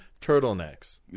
Turtlenecks